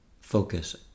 focus